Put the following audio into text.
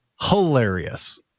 Hilarious